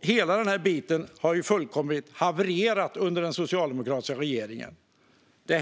Hela detta område har fullkomligt havererat under den socialdemokratiska regeringens tid.